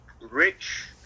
rich